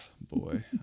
boy